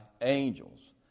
angels